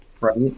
Right